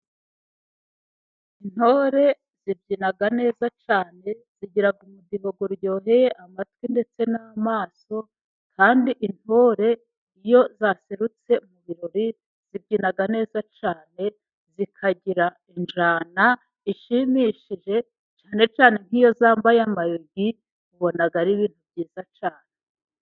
Intore zibyina neza cyane zigira umudiho uryoheye amatwi ndetse n'amaso, kandi intore iyo zaserutse mu birori zibyina neza cyane zikagira injyana ishimishije cyane cyane nk'iyo zambaye amayogi ,ubona ari ibintu byiza cyane.